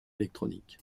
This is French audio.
électronique